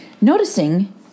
Noticing